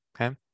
okay